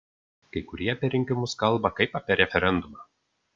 kai kurie apie rinkimus kalba kaip apie referendumą